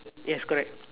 yes correct